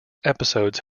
episodes